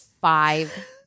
five